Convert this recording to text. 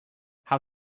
how